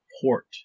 Port